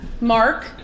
Mark